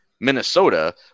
Minnesota